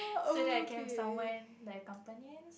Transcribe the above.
so that I can have someone like companion